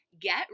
get